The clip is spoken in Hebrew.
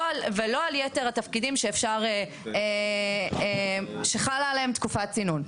על יתר התפקידים שחלה עליהם תקופת צינון.